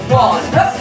one